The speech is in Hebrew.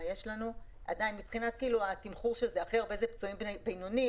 יש הכי הרבה פצועים בינוני,